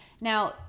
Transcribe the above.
now